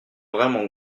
vraiment